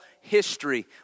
history